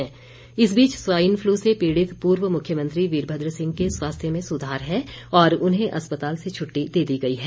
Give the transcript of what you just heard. वीरभद्र सिंह इस बीच swine flu से पीड़ित पूर्व मुख्यमंत्री वीरभद्र सिंह के स्वास्थ्य में सुधार है और उन्हें अस्पताल से छुट्टी दे दी गई है